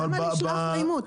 אבל למה לשלוח לאימות?